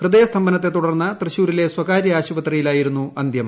ഹൃദയസ്തംഭനത്തെ തുടർന്ന് തൃശ്ശൂരിലെ സ്വകാര്യ ആശുപത്രിയിലായിരുന്നു അന്ത്യം